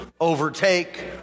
overtake